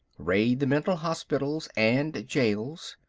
raid the mental hospitals and jails.